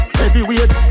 heavyweight